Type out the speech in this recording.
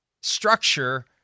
structure